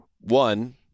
One